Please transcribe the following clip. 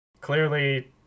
Clearly